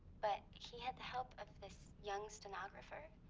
but he had the help of this young stenographer.